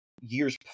years